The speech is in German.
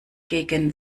gegen